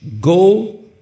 Go